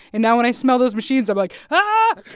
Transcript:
and now when i smell those machines, i'm like, ahh